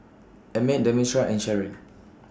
Emmet Demetra and Sherron